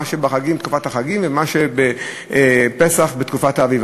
מה שבתקופת החגים בתקופת החגים ומה שבפסח בתקופת האביב.